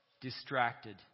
distracted